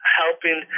helping